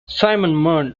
simon